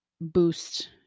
boost